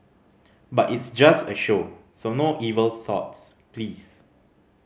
but it's just a show so no evil thoughts please